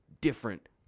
different